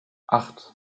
acht